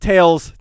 Tails